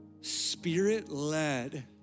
spirit-led